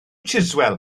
chiswell